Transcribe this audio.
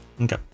Okay